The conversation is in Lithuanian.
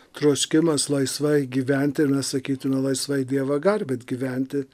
troškimas laisvai gyventi ir mes sakytume laisvai dievą garbint gyventi